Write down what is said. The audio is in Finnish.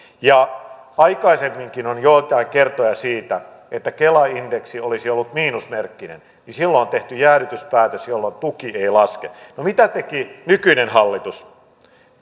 kun aikaisemminkin on ollut joitain kertoja että kela indeksi olisi ollut miinusmerkkinen niin silloin on tehty jäädytyspäätös jolloin tuki ei laske no mitä teki nykyinen hallitus